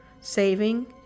saving